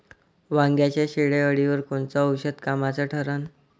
वांग्याच्या शेंडेअळीवर कोनचं औषध कामाचं ठरन?